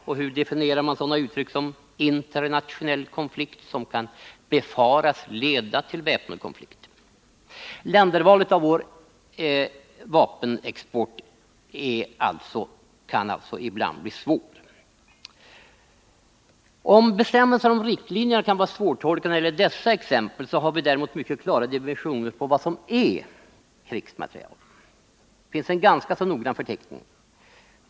Och hur definierar man uttrycket ”internationell konflikt som kan befaras leda till väpnad konflikt”? Valet av länder för vår vapenexport kan alltså ibland bli svårt. Om bestämmelserna och riktlinjerna kan vara svårtolkade när det gäller dessa exempel, har vi däremot mycket klara definitioner på vad som är krigsmateriel. Det finns en ganska noggrann förteckning.